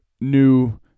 new